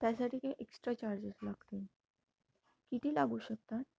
त्यासाठी काही extra charges लागतील किती लागू शकतात